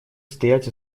стоять